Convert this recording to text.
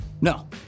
No